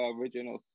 original